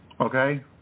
okay